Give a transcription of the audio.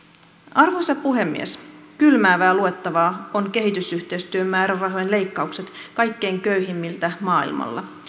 arvoisa puhemies kylmäävää luettavaa on kehitysyhteistyön määrärahojen leikkaukset kaikkein köyhimmiltä maailmalla